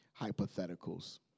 Hypotheticals